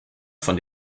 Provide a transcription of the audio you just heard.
von